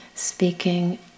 Speaking